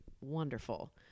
wonderful